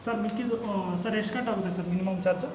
sir ಮಿಕ್ಕಿದ್ದು sir ಎಷ್ಟು ಕಟ್ಟಾಗುತ್ತೆ ಸರ್ ಮಿನಿಮಮ್ ಚಾರ್ಜು